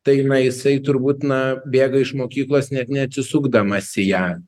tai na jisai turbūt na bėga iš mokyklos net neatsisukdamas į ją